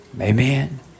Amen